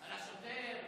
על השוטר?